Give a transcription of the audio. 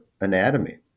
anatomy